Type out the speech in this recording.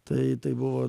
tai tai buvo